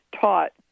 taught